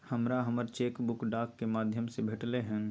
हमरा हमर cheque book डाक के माध्यम से भेटलय हन